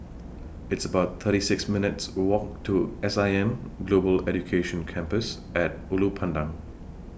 It's about thirty six minutes' Walk to S I M Global Education Campus At Ulu Pandan